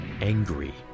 angry